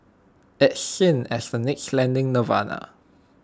it's seen as the next lending nirvana